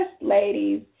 ladies